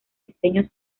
diseños